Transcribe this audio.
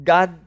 God